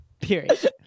Period